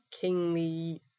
kingly